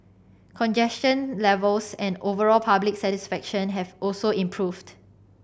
congestion levels and overall public satisfaction have also improved